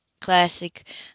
Classic